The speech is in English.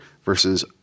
Versus